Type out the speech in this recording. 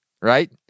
Right